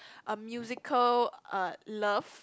um musical uh love